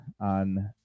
on